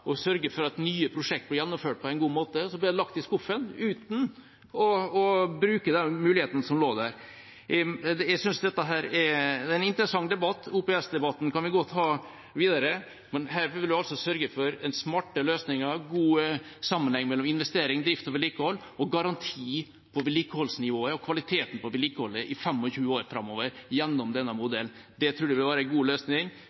og sørge for at nye prosjekter ble gjennomført på en god måte, ble det lagt i skuffen uten å bruke de mulighetene som lå der. Jeg synes dette er en interessant debatt, OPS-debatten kan vi godt ha videre, men her vil vi – gjennom denne modellen – altså sørge for smarte løsninger, en god sammenheng mellom investering, drift og vedlikehold og garanti på vedlikeholdsnivået og kvaliteten på vedlikeholdet i 25 år framover. Det tror vi vil være en god løsning,